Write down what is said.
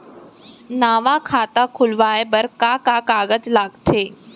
नवा खाता खुलवाए बर का का कागज लगथे?